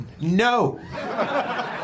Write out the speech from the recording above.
no